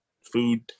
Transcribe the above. food